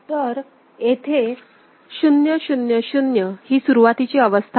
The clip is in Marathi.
तर येथे 0 0 0 ही सुरवातीची अवस्था आहे